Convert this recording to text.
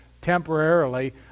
temporarily